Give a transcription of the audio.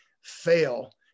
fail